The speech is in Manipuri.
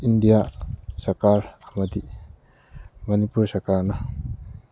ꯏꯟꯗꯤꯌꯥ ꯁꯔꯀꯥꯔ ꯑꯃꯗꯤ ꯃꯅꯤꯄꯨꯔ ꯁꯔꯀꯥꯔꯅ